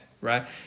right